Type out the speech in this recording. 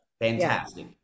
Fantastic